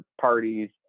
parties